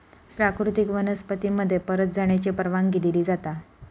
प्राकृतिक वनस्पती मध्ये परत जाण्याची परवानगी दिली जाता